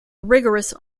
rigorous